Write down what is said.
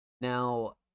now